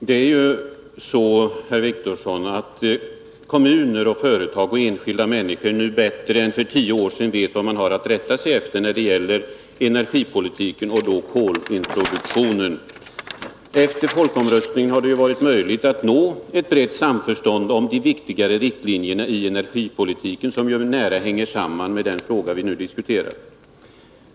Herr talman! Det är ju så att kommuner, företag och enskilda människor nu bättre än för tio år sedan vet vad de har att rätta sig efter när det gäller energipolitiken och kolintroduktionen. Efter folkomröstningen har det varit möjligt att nå ett brett samförstånd om de viktigare riktlinjerna för energipolitiken, som hänger samman med den fråga vi nu diskuterar.